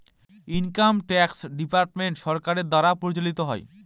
income tax department সরকারের দ্বারা পরিচালিত হয়